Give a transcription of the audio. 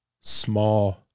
small